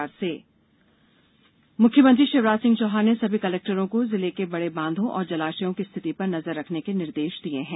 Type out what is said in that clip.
जलाशय बैठक मुख्यमंत्री शिवराज सिंह चौहान ने सभी कलेक्टरों को जिले के बड़े बांधों और जलाशयों की स्थिति पर नजर रखने के निर्देश दिये हैं